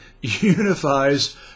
unifies